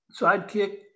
sidekick